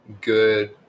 good